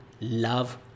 love